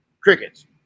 Crickets